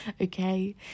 okay